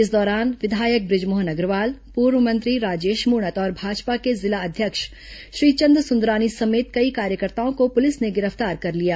इस दौरान विधायक बृजमोहन अग्रवाल पूर्व मंत्री राजेश मूणत और भाजपा के जिला अध्यक्ष श्रीचंद सुंदरानी समेत कई कार्यकर्ताओं को पुलिस ने गिरफ्तार कर लिया